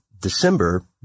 December